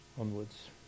onwards